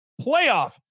playoff